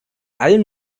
allen